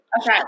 Okay